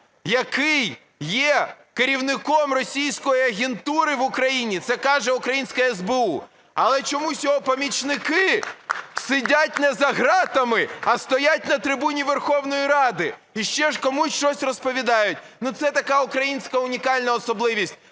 який є керівником російської агентури в України, – це каже українське СБУ. Але чомусь його помічники сидять не за ґратами, а стоять на трибуні Верховної Ради і ще ж комусь щось розповідають. Ну це така українська унікальна особливість.